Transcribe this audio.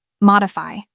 modify